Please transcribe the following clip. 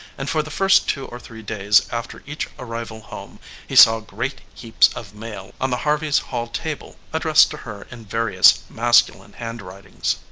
and for the first two or three days after each arrival home he saw great heaps of mail on the harveys' hall table addressed to her in various masculine handwritings.